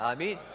Amen